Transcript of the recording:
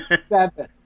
Seven